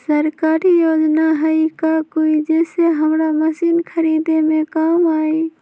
सरकारी योजना हई का कोइ जे से हमरा मशीन खरीदे में काम आई?